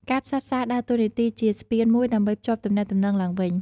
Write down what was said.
ការផ្សះផ្សាដើរតួនាទីជា ស្ពានមួយដើម្បីភ្ជាប់ទំនាក់ទំនង ឡើងវិញ។